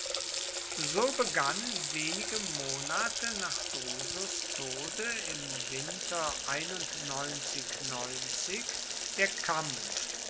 so begann wenige monate nach drusus tode im winter der kampf